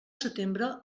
setembre